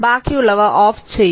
ബാക്കിയുള്ളവ ഓഫ് ചെയ്യും